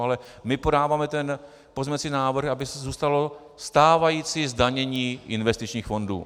Ale my podáváme ten pozměňovací návrh, aby zůstalo stávající zdanění investičních fondů.